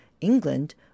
england